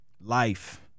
Life